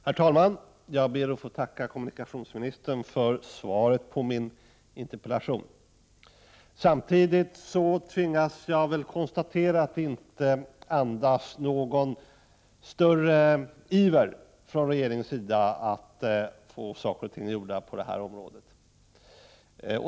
Herr talman! Jag ber att få tacka kommunikationsministern för svaret på min interpellation. Samtidigt tvingas jag konstatera att det inte andas någon större iver från regeringens sida att få saker och ting gjorda på det här området.